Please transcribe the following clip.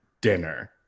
dinner